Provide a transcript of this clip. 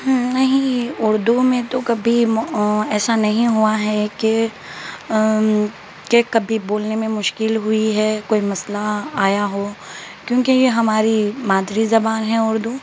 نہیں اردو میں تو کبھی ایسا نہیں ہوا ہے کہ کہ کبھی بولنے میں مشکل ہوئی ہے کوئی مسئلہ آیا ہو کیونکہ یہ ہماری مادری زبان ہے اردو